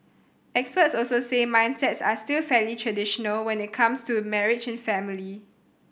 experts also say mindsets are still fairly traditional when it comes to marriage and family